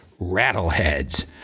rattleheads